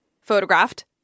Photographed